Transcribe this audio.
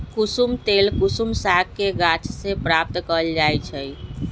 कुशुम तेल कुसुम सागके गाछ के प्राप्त कएल जाइ छइ